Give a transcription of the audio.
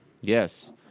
Yes